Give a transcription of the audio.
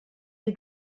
est